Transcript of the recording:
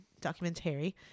Documentary